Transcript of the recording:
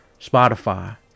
Spotify